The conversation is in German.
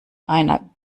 einer